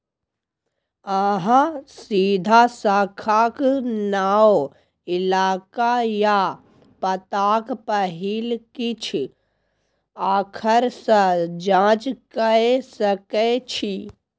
अहाँ सीधा शाखाक नाओ, इलाका या पताक पहिल किछ आखर सँ जाँच कए सकै छी